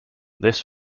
this